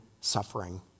suffering